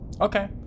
Okay